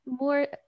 more